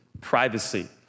privacy